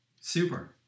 Super